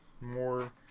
More